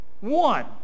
One